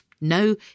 No